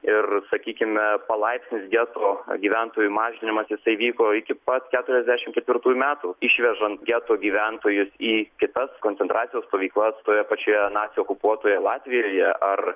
ir sakykime palaipsnis geto gyventojų mažinimas jisai įvyko iki pat keturiasdešim ketvirtųjų metų išvežant geto gyventojus į kitas koncentracijos stovyklas toje pačioje nacių okupuotoje latvijoje ar